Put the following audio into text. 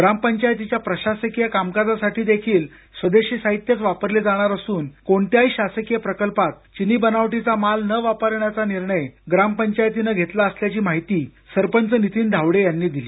ग्राम पंचायतीच्या प्रशासकीय कामकाजासाठीही स्वदेशी साहित्यच वापरले जाणार असून कोणत्याही शासकीय प्रकल्पात चिनी बनावटीचा माल न वापरण्याचा निर्णय ग्राम पंचायतीनं घेतला असल्याची माहिती सरपंच नीतीन धावडे यांनी दिली